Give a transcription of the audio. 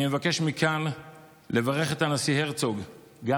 אני מבקש מכאן לברך את הנשיא הרצוג גם